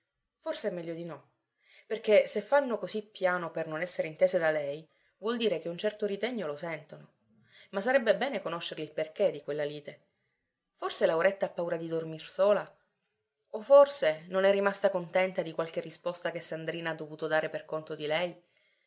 forse è meglio no perché se fanno così piano per non essere intese da lei vuol dire che un certo ritegno lo sentono ma sarebbe bene conoscere il perché di quella lite forse lauretta ha paura di dormir sola o forse non è rimasta contenta di qualche risposta che sandrina ha dovuto dare per conto di lei